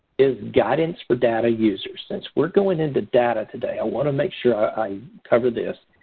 is guidance for data users. since we're going into data today, i want to make sure i cover this.